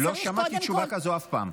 לא שמעתי תשובה כזו אף פעם.